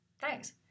Thanks